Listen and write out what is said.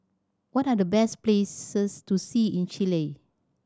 what are the best places to see in Chile